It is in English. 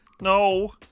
No